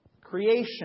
Creation